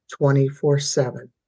24-7